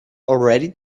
already